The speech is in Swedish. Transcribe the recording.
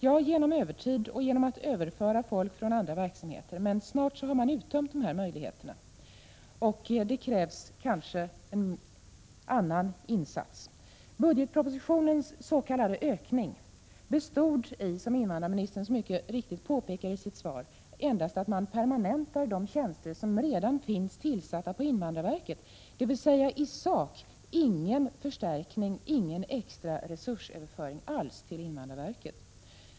Jo, genom övertid och genom att överföra folk från andra verksamheter. Men snart har man uttömt de möjligheterna och det krävs kanske en annan insats. Budgetpropositionens s.k. ökning bestod i, som invandrarministern mycket riktigt påpekar i sitt svar, endast att man permanentar de tjänster som 55 redan finns tillsatta på invandrarverket — dvs. i sak ingen förstärkning, ingen extra resursöverföring alls till invandrarverket.